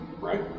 right